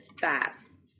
fast